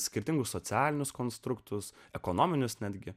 skirtingus socialinius konstruktus ekonominius netgi